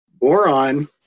Boron